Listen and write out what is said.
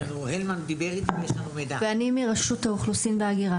רשות האוכלוסין וההגירה,